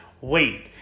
wait